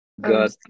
Got